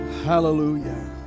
Hallelujah